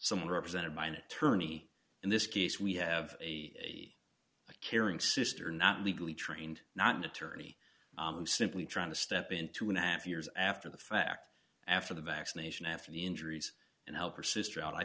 someone represented by an attorney in this case we have a caring sister not legally trained not an attorney simply trying to step in two and a half years after the fact after the vaccination after the injuries and help her sister out i